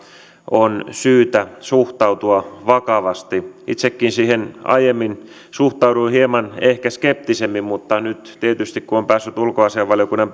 on syytä suhtautua vakavasti itsekin siihen aiemmin suhtauduin hieman ehkä skeptisemmin mutta nyt tietysti kun on päässyt ulkoasiainvaliokunnan